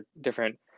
different